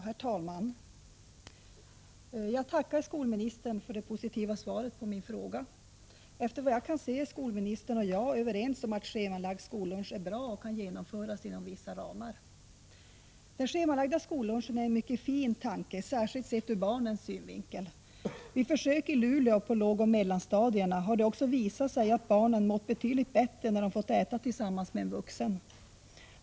Herr talman! Jag tackar skolministern för det positiva svaret på min fråga. Efter vad jag kan förstå är skolministern och jag överens om att schemalagd skollunch är bra och kan genomföras inom vissa ramar. Den schemalagda skollunchen är en mycket fin tanke, särskilt sett ur barnens synvinkel. Vid försök i Luleå på lågoch mellanstadierna har det också visat sig att barnen mått betydligt bättre när de fått äta tillsammans med en vuxen.